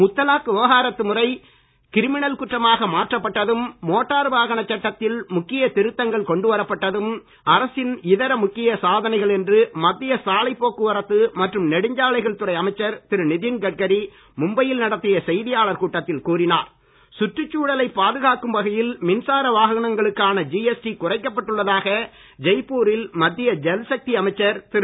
முத்தலாக் விவாகரத்து முறை கிரிமினல் குற்றமாக மாற்றப்பட்டதும் மோட்டார் வாகன சட்டத்தில் முக்கியத் திருத்தங்கள் கொண்டுவரப்பட்டதும் அரசின் இதர முக்கிய சாதனைகள் என்று மத்திய சாலைப் போக்குவரத்து மற்றும் நெடுஞ்சாலைகள் துறை அமைச்சர் திரு நிதின் கட்காரி மும்பையில் நடத்திய செய்தியாளர் கூட்டத்தில் கூறினார் சுற்றுச்சூழுலைப் பாதுகாக்கும் வகையில் மின்சார வாகனங்களுக்கான ஜிஎஸ்டி குறைக்கப்பட்டுள்ளதாக ஜெய்ப்பூரில் மத்திய ஜல்சக்தி அமைச்சர் திரு